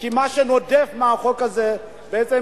כי מה שנודף מהחוק הזה בעצם,